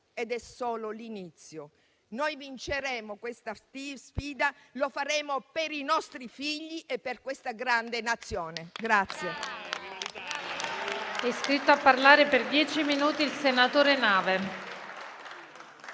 Ed è solo l'inizio. Noi vinceremo questa sfida; lo faremo per i nostri figli e per questa grande Nazione.